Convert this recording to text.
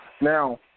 Now